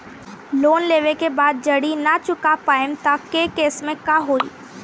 Loan लेवे के बाद जड़ी ना चुका पाएं तब के केसमे का होई?